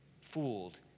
fooled